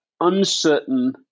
uncertain